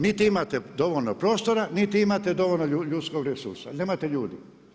Niti imate dovoljno prostora, niti imate dovoljno ljudskog resursa, nemate ljudi.